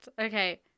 Okay